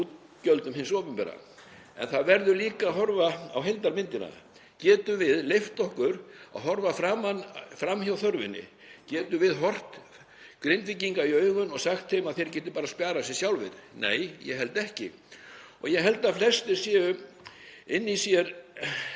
útgjöldum hins opinbera, en það verður líka að horfa á heildarmyndina. Getum við leyft okkur að horfa fram hjá þörfinni? Getum við horft í augun á Grindvíkingum og sagt þeim að þeir geti bara spjarað sig sjálfir? Nei, ég held ekki og ég held að flestir hér inni séu